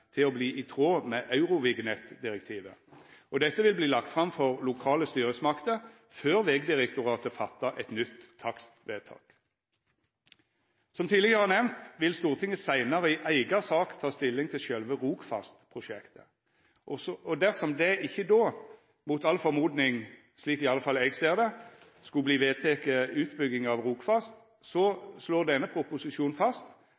til å verta i tråd med Eurovignettdirektivet, og dette vil verta lagt fram for lokale styresmakter før Vegdirektoratet gjer eit nytt takstvedtak. Som tidlegare nemnt vil Stortinget seinare i eiga sak ta stilling til sjølve Rogfast-prosjektet. Og dersom det ikkje då, mot all formoding slik iallfall eg ser det, skulle verta vedteke utbygging av Rogfast, slår denne proposisjonen fast